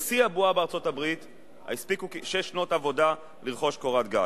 בשיא הבועה בארצות-הברית הספיקו שש שנות עבודה לרכוש קורת גג.